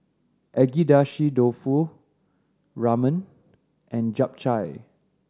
Agedashi Dofu Ramen and Japchae